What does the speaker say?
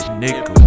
nigga